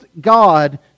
God